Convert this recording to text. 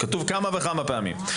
כתוב כמה וכמה פעמים.